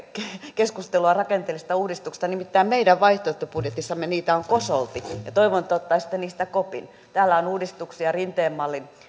keskustelua rakenteellisista uudistuksista nimittäin meidän vaihtoehtobudjetissamme niitä on kosolti ja toivon että ottaisitte niistä kopin täällä on uudistuksia rinteen